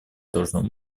должным